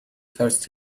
first